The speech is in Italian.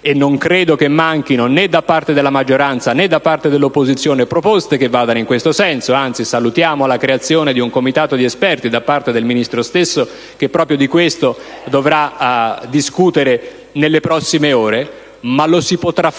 e non credo che manchino né da parte della maggioranza né dell'opposizione proposte che vadano in questo senso. Anzi, salutiamo la creazione di un comitato di esperti da parte del Ministro stesso che proprio di questo dovrà discutere nelle prossime ore. Tuttavia,